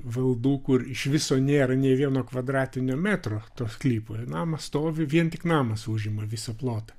valdų kur iš viso nėra nei vieno kvadratinio metro to sklypo ir namas stovi vien tik namas užima visą plotą